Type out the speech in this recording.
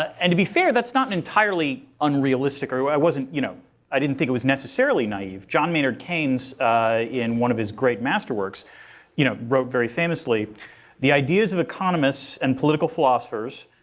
and to be fair, that's not entirely unrealistic or i wasn't you know i didn't think it was necessarily naive. john maynard keynes in one of his great masterworks you know wrote very famously the ideas of economists and political philosophers,